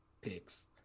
picks